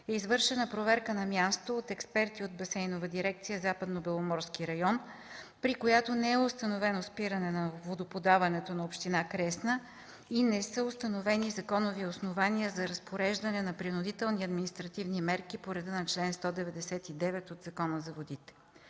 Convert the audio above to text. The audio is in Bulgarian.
е извършена проверка на място от експерти от Басейнова дирекция Западнобеломорски район, при която не е установено спиране на водоподаването на община Кресна и не са установени законови основания за разпореждане на принудителни административни мерки по реда на чл. 199 от Закона за водите.